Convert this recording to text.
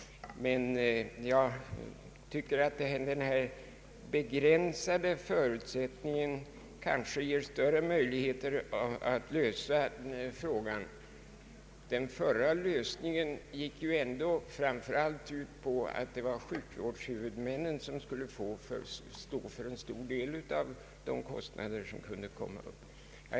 Jag tycker dock att denna till läkarhusen begränsade förutsättning kanske ger större möjligheter att lösa problemet. Den förra lösningen gick ju framför allt ut på att sjukvårdshuvudmännen skulle stå för en stor del av de kostnader som kunde uppkomma.